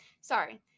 Sorry